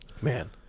Man